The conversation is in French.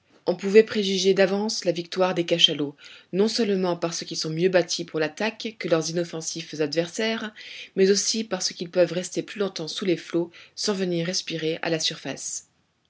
on pouvait préjuger d'avance la victoire des cachalots non seulement parce qu'ils sont mieux bâtis pour l'attaque que leurs inoffensifs adversaires mais aussi parce qu'ils peuvent rester plus longtemps sous les flots sans venir respirer à leur surface